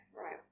right